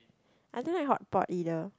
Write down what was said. I don't like hotpot either